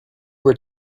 were